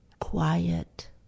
quiet